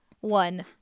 One